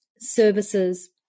services